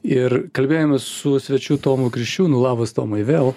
ir kalbėjomės su svečiu tomu kriščiūnu labas tomai vėl